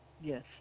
Yes